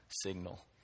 signal